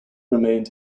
remained